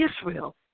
Israel